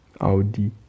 audi